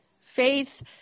Faith